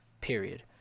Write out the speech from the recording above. period